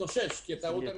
שנתאושש כי התיירות הנכנסת,